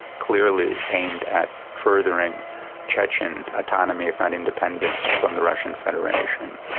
clearly aimed at furthering chechen autonomy if not independence from the russian federation.